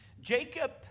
Jacob